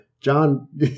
john